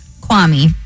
Kwame